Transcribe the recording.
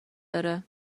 داره